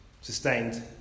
sustained